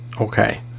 okay